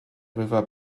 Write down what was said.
river